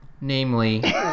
namely